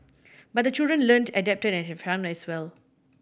but the children learnt adapted and had fun as well